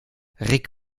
rick